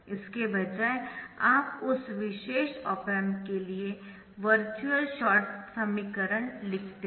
इसके बजाय आप उस विशेष ऑप एम्प के लिए वर्चुअल शॉर्ट समीकरण लिखते है